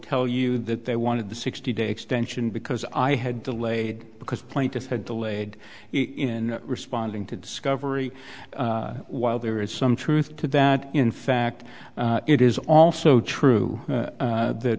tell you that they wanted the sixty day extension because i had delayed because plaintiffs had delayed in responding to discovery while there is some truth to that in fact it is also true